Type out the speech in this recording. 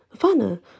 Vanna